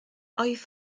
oedd